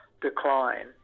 decline